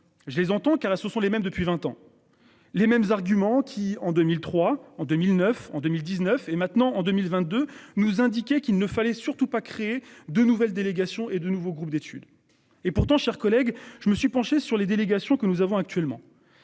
Je les entends car là ce sont les mêmes depuis 20 ans. Les mêmes arguments qui en 2003 en 2009 en 2019 et maintenant en 2022, nous indiquait qu'il ne fallait surtout pas créer de nouvelles délégations et de nouveaux groupes d'étude. Et pourtant, chers collègues, je me suis penché sur les délégations que nous avons actuellement.